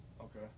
Okay